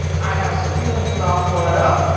i have some feelings about florida.